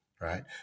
right